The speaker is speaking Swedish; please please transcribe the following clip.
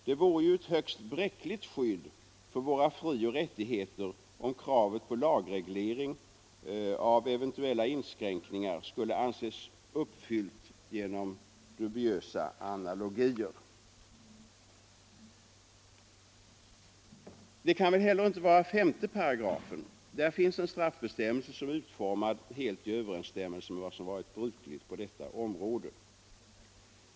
Det vore ju ett högst bräckligt skydd för våra frioch rättigheter, om kravet på lagreglering av eventuella inskränkningar skulle anses uppfyllt genom dubiösa analogier. Det kan väl heller inte vara 5 §? Där finns en straffbestämmelse som är utformad helt i överensstämmelse med vad som varit brukligt på detta område.